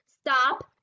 Stop